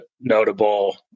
notable